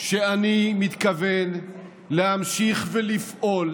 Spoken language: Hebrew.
שאני מתכוון להמשיך ולפעול